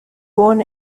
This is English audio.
born